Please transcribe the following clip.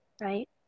right